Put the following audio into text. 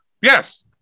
Yes